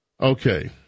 Okay